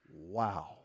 Wow